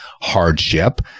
hardship